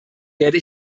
werde